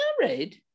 married